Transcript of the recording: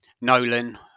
Nolan